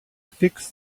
fix